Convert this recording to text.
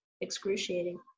excruciating